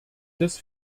des